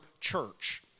church